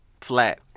Flat